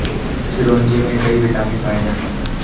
चिरोंजी में कई विटामिन पाए जाते हैं